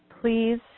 please